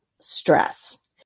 stress